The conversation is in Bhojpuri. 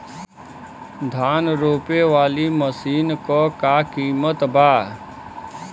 धान रोपे वाली मशीन क का कीमत बा?